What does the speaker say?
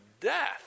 death